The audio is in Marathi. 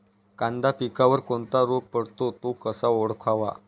कांदा पिकावर कोणता रोग पडतो? तो कसा ओळखावा?